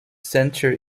center